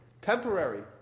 Temporary